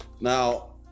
Now